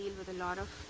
a lot of